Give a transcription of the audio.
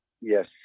Yes